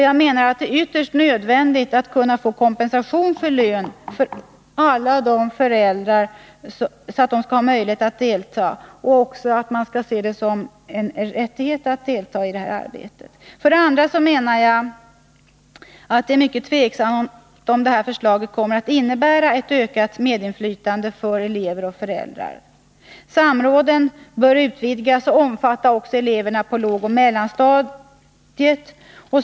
Jag menar att det är ytterst nödvändigt att kompensation för lön skall kunna utgå för att alla föräldrar skall ha denna möjlighet och även rättighet att delta. För det andra menar jag att det är mycket tveksamt om detta förslag kommer att innebära ett ökat medinflytande för elever och föräldrar. Samråden bör utvidgas och omfatta också eleverna på lågoch mellanstadiet.